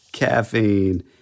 caffeine